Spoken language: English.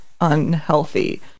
unhealthy